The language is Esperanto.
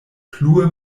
plue